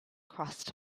crossed